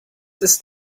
ist